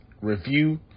review